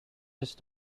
just